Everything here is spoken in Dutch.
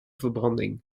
verbranding